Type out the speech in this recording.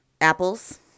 Apples